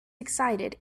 excited